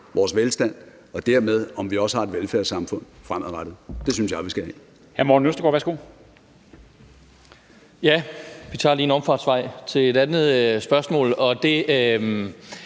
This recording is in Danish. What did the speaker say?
vores velstand og dermed for, om vi også har et velfærdssamfund fremadrettet. Det synes jeg vi skal have.